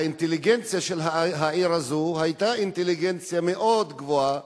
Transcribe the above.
והאינטליגנציה של העיר הזאת היתה אינטליגנציה מאוד גבוהה,